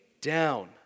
down